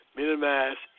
minimize